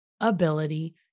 ability